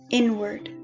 inward